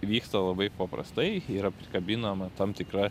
vyksta labai paprastai yra prikabinama tam tikra